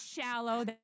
shallow